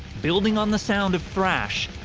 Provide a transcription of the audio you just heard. building on the sound of thrash,